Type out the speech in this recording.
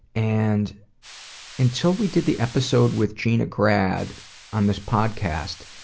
and until we did the episode with gina grad on this podcast,